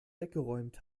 weggeräumt